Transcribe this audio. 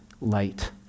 light